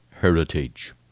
heritage